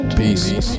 peace